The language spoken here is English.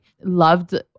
Loved